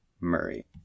Murray